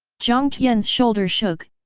jiang tian's shoulder shook,